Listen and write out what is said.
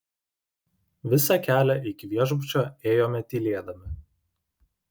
visą kelią iki viešbučio ėjome tylėdami